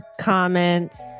comments